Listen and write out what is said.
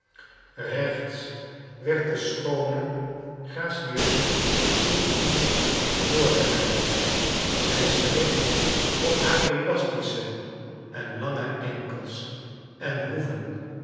rechts werd de schoone gracieuse froe froe voorgeleid zij schreed op haar elastische en lange enkels en hoeven